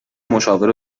مشاور